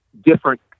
different